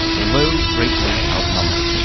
although greatly outnumbered,